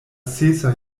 sesa